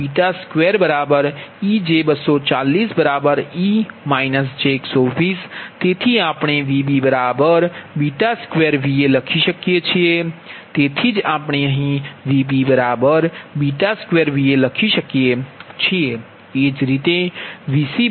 તેથી આપણે Vb2Va લખી શકીએ છીએ તેથી જ આપણે અહીં Vb2Va લખી શકીએ છીએ